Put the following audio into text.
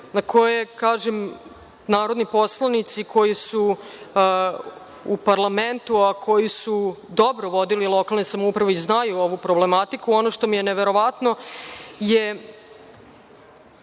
na koje, kažem, narodni poslanici koji su u parlamentu, a koji su dobro vodili lokalne samouprave i znaju ovu problematiku, ali ono što mi je neverovatno je